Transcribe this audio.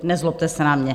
Nezlobte se na mě.